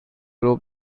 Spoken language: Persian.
ربع